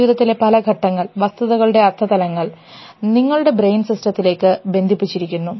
ജീവിതത്തിലെ പല ഘട്ടങ്ങൾ വസ്തുതകളുടെ അർത്ഥതലങ്ങൾ നിങ്ങളുടെ ബ്രെയിൻ സിസ്റ്റത്തിലേക്ക് ബന്ധിപ്പിച്ചിരിക്കുന്നു